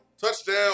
Touchdown